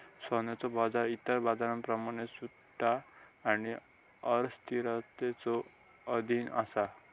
सोन्याचो बाजार इतर बाजारांप्रमाणेच सट्टा आणि अस्थिरतेच्यो अधीन असा